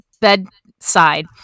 bedside